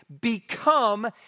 become